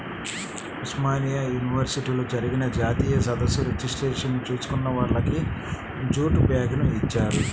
ఉస్మానియా యూనివర్సిటీలో జరిగిన జాతీయ సదస్సు రిజిస్ట్రేషన్ చేసుకున్న వాళ్లకి జూటు బ్యాగుని ఇచ్చారు